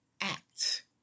act